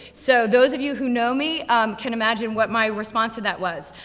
so, those of you who know me can imagine what my response to that was.